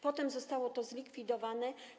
Potem zostało to zlikwidowane.